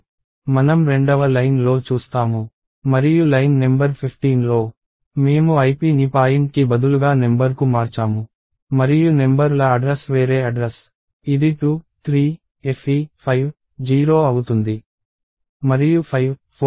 మనం రెండవ లైన్ లో చూస్తాము మరియు లైన్ నెంబర్ 15లో మేము ipని పాయింట్కి బదులుగా నెంబర్ కు మార్చాము మరియు నెంబర్ ల అడ్రస్ వేరే అడ్రస్ ఇది 2 3 fe 5 0 అవుతుంది మరియు 5 4 కాదు